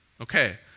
Okay